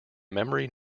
memory